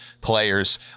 players